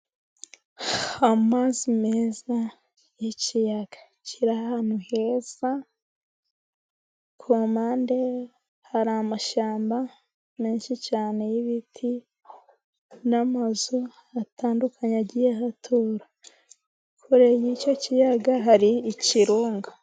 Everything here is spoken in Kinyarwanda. Amazi meza y'ikiyaga kiri ahantu heza. Ku mpande hari amashyamba menshi cyane y'ibiti, n'amazu atandukanye agiye atura. Kure y'icyo kiyaga hari ikirunga.